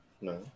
No